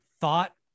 Thought